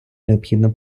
необхідно